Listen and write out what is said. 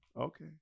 Okay